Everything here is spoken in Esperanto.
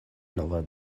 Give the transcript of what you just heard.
nova